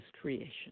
creation